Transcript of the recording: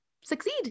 succeed